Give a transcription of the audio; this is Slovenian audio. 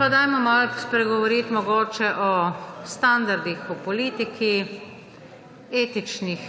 Pa malo spregovorimo mogoče o standardih v politiki, etičnih